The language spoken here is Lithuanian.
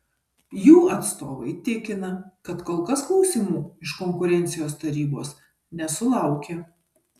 jų atstovai tikina kad kol kas klausimų iš konkurencijos tarybos nesulaukė